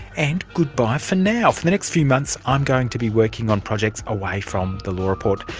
and goodbye for now. for the next few months i'm going to be working on projects away from the law report.